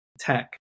tech